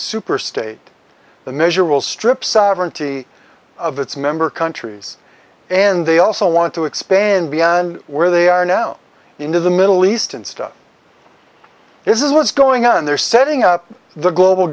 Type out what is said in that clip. super state the measure will strip sovereignty of its member countries and they also want to expand beyond where they are now into the middle east and stop this is what's going on they're setting up the global